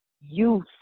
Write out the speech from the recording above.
youth